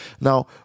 Now